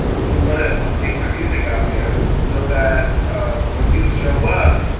you wanna get your music out there, so that when you show up,